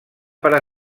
para